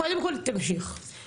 קודם כל תמשיך אלון.